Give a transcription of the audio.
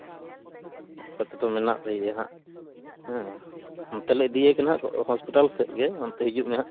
ᱟᱯᱟᱛᱚᱛᱚ ᱢᱮᱱᱟᱜ ᱞᱮᱜᱮᱭᱟ ᱱᱟᱦᱟᱜ ᱦᱮᱸ ᱚᱱᱛᱮ ᱞᱮ ᱤᱫᱤᱭᱮ ᱠᱟᱱᱟ ᱦᱚᱥᱯᱤᱴᱟᱞ ᱥᱮᱫ ᱜᱮ ᱦᱤᱡᱩᱜ ᱢᱮ ᱦᱟᱸᱜ